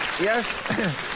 Yes